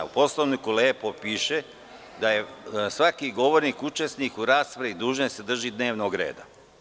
U Poslovniku lepo piše da je svaki govornik učesnik u raspravi dužan da se drži dnevnog reda.